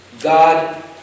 God